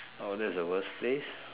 err that's the worst place